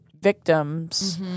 victims—